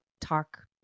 talk